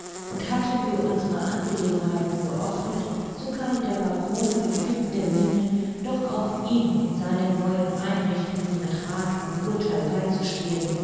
und hatten wir unsere angelegenheiten geordnet so kam der baron mit bittender miene doch auch ihm in seinen neuen einrichtungen mit rath und urtheil beizustehen